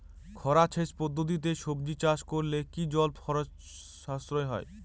খরা সেচ পদ্ধতিতে সবজি চাষ করলে কি জল ও খরচ সাশ্রয় হয়?